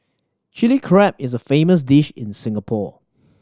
Chilli Crab is a famous dish in Singapore